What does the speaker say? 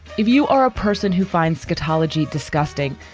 if you are a person who finds scatology disgusting,